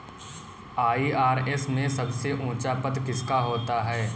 IRS में सबसे ऊंचा पद किसका होता है?